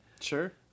Sure